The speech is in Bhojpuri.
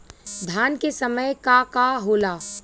धान के समय का का होला?